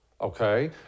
Okay